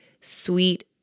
sweet